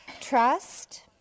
trust